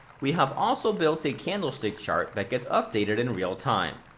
we have also built a candlestick chart that gets updated in real time.